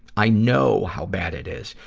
i know how bad it is,